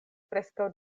preskaŭ